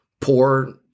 poor